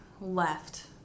left